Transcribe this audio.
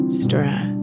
stress